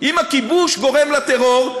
אם הכיבוש גורם לטרור,